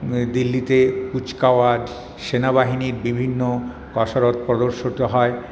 দিল্লিতে কুচকাওয়াজ সেনাবাহিনীর বিভিন্ন কসরত প্রদর্শিত হয়